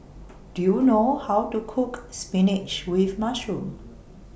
Do YOU know How to Cook Spinach with Mushroom